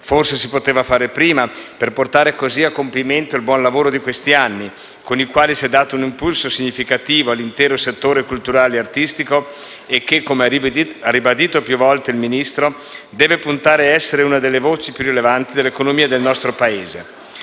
Forse si poteva fare prima, per portare così a compimento il buon lavoro di questi anni, con il quale si è dato un impulso significativo all'intero settore culturale e artistico e che, come ha ribadito più volte il Ministro, deve puntare a essere una delle voci più rilevanti dell'economia del nostro Paese.